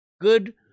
good